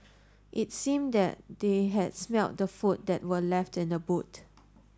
it seemed that they had smelt the food that were left in the boot